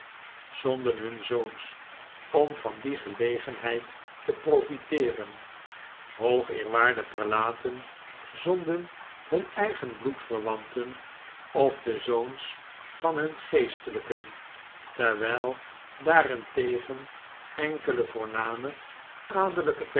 zonden hun zoons om van die gelegenheid te proflteeren hoogeerwaarde prelaten zonden hun eigen bloedverwanten of de zoons van hun geestelijken terwijl daarentegen enkele voorname adellijke